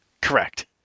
Correct